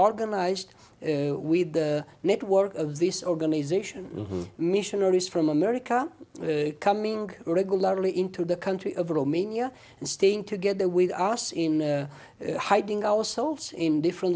organized with the network of this organization missionaries from america coming regularly into the country of romania and staying together with asin hiding ourselves in different